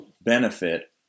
benefit